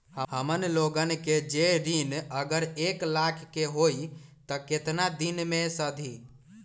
हमन लोगन के जे ऋन अगर एक लाख के होई त केतना दिन मे सधी?